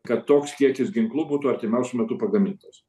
kad toks kiekis ginklų būtų artimiausiu metu pagamintas